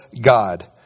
God